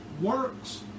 works